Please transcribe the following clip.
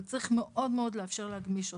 אבל צריך מאוד מאוד לאפשר להגמיש אותו.